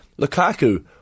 Lukaku